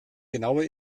genaue